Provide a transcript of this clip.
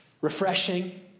refreshing